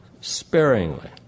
sparingly